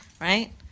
right